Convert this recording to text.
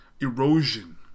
erosion